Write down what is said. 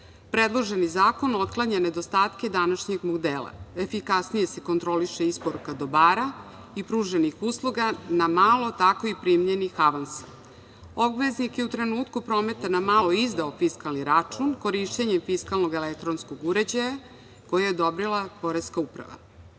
Predloženi zakon otklanja nedostatke današnjeg modela, efikasnije se kontroliše isporuka dobara i pruženih usluga na malo, tako i primljenih avansa. Obveznik je u trenutku prometa na malo izdao fiskalni račun korišćenjem fiskalnog elektronskog uređaja koji je odobrila poreska uprava.